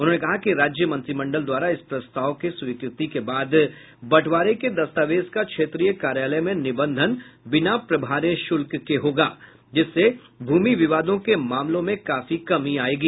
उन्होंने कहा कि राज्य मंत्रिमंडल द्वारा इस प्रस्ताव के स्वीकृति के बाद बंटवारे के दस्तावेज का क्षेत्रीय कार्यालय में निबंधन बिना प्रभार्य श्रल्क के होगा जिससे भूमि विवादों के मामलों में काफी कमी आयेगी